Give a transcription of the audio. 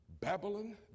Babylon